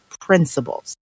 principles